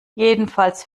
jedenfalls